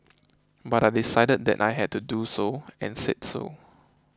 but I decided that I had to do so and said so